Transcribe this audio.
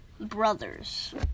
Brothers